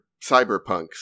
cyberpunks